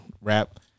rap